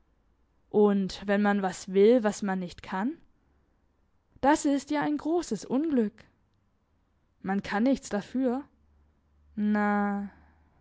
und wenn man was will was man nicht kann das ist ja ein grosses unglück man kann nichts dafür na sie